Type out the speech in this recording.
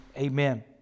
Amen